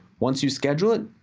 once you've schedule it,